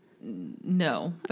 No